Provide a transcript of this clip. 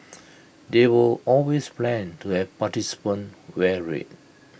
there were always plans to have participants wear red